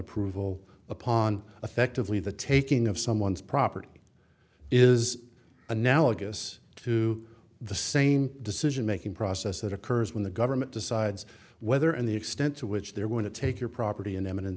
approval upon effectively the taking of someone's property is analogous to the same decision making process that occurs when the government decides whether and the extent to which they're going to take your property in eminent